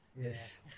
Yes